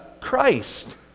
Christ